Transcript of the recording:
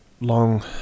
Long